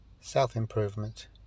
Self-improvement